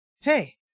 Hey